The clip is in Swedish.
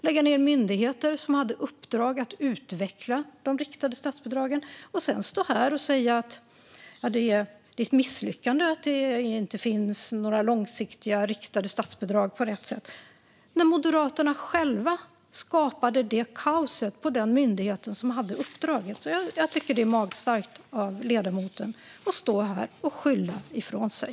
Man lade ned myndigheter som hade i uppdrag att utveckla de riktade statsbidragen. Sedan står man här och säger att det är ett misslyckande att det inte finns några långsiktiga riktade statsbidrag på rätt sätt - när det var Moderaterna själva som skapade detta kaos på den myndighet som hade uppdraget. Jag tycker att det är magstarkt av ledamoten att stå här och skylla ifrån sig.